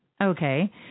Okay